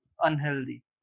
unhealthy